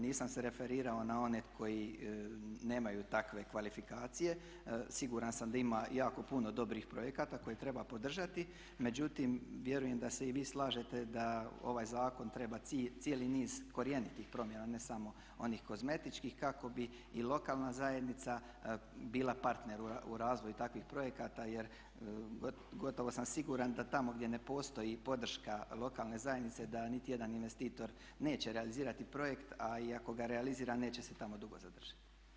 Nisam se referirao na one koji nemaju takve kvalifikacije, siguran sam da ima jako puno dobrih projekata koje treba podržati, međutim vjerujem da se i vi slažete da ovaj zakon treba cijeli niz korjenitih promjena, ne samo onih kozmetičkih kako bi i lokalna zajednica bila partner u razvoju takvih projekata jer gotovo sam siguran da tamo gdje ne postoji podrška lokalne zajednice da niti jedan investitor neće realizirati projekt, a i ako ga realizira neće se tamo dugo zadržati.